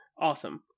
Awesome